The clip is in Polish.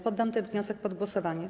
Poddam ten wniosek pod głosowanie.